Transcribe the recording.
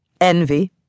Envy